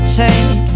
take